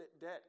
debt